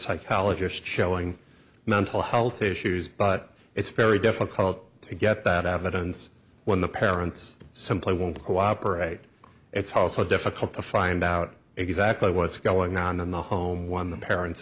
psychologist showing mental health issues but it's very difficult to get that evidence when the parents simply won't cooperate it's also difficult to find out exactly what's going on in the home one the parents